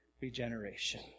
regeneration